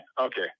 okay